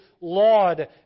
laud